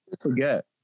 Forget